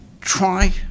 try